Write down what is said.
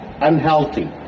unhealthy